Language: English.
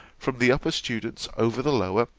from the upper students over the lower,